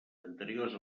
anteriors